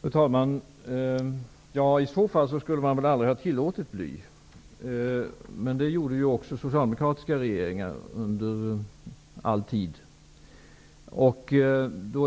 Fru talman! I så fall skulle man väl aldrig ha tillåtit bly. Men det gjorde även den socialdemokratiska regeringen hela tiden.